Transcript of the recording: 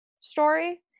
Story